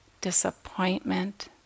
disappointment